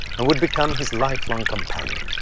and would become his lifelong companion.